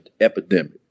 epidemic